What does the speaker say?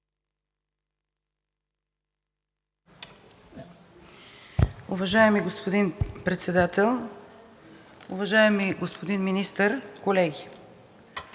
Уважаеми господин Председател, уважаеми господин Министър, колеги!